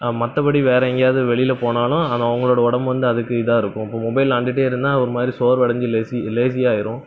மற்றபடி வேறே எங்கேயாவது வெளியில் போகனாலும் அது அவங்களோட உடம்பு வந்து அதுக்கு இதாக இருக்கும் இப்போ மொபைல் விளாண்டுட்டே இருந்தால் ஒரு மாதிரி சோர்வடைஞ்சு லெஸி லேஸியாக ஆகிரும்